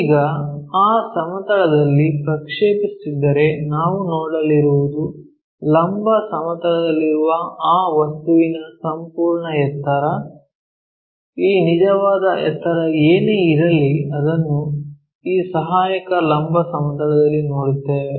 ಈಗ ಆ ಸಮತಲದಲ್ಲಿ ಪ್ರಕ್ಷೇಪಿಸುತ್ತಿದ್ದರೆ ನಾವು ನೋಡಲಿರುವುದು ಲಂಬ ಸಮತಲದಲ್ಲಿರುವ ಆ ವಸ್ತುವಿನ ಸಂಪೂರ್ಣ ಎತ್ತರ ಈ ನಿಜವಾದ ಎತ್ತರ ಏನೇ ಇರಲಿ ಅದನ್ನು ಈ ಸಹಾಯಕ ಲಂಬ ಸಮತಲದಲ್ಲಿ ನೋಡುತ್ತೇವೆ